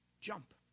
jump